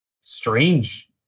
strange